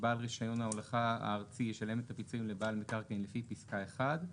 "בעל רישיון ההולכה הארצי ישלם את הפיצויים לבעל מקרקעין לפי פסקה (1)